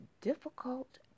difficult